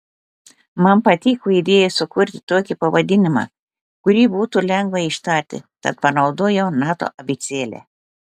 man patiko idėja sukurti tokį pavadinimą kurį būtų lengva ištarti tad panaudojau nato abėcėlę